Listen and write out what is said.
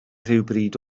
rhywbryd